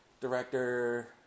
Director